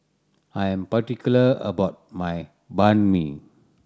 I am particular about my Banh Mi